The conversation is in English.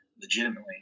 legitimately